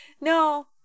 No